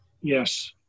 Yes